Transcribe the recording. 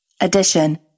Addition